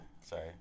sorry